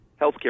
healthcare